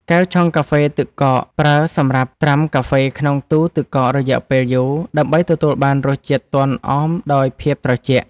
កែវឆុងកាហ្វេទឹកកក ប្រើសម្រាប់ត្រាំកាហ្វេក្នុងទូទឹកកករយៈពេលយូរ ដើម្បីទទួលបានរសជាតិទន់អមដោយភាពត្រជាក់។